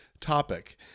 topic